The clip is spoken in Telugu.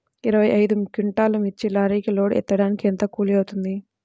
ఇరవై ఐదు క్వింటాల్లు మిర్చి లారీకి లోడ్ ఎత్తడానికి ఎంత కూలి అవుతుంది?